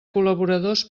col·laboradors